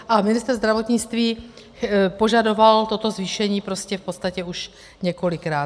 A ministr zdravotnictví požadoval toto zvýšení prostě v podstatě už několikrát.